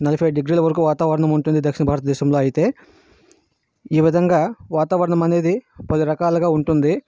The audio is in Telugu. నలభై ఐదు డిగ్రీల వరకు వాతావరణం ఉంటుంది దక్షిణ భారతదేశంలో అయితే ఈ విధంగా వాతావరణము అనేది పలు రకాలుగా ఉంటుంది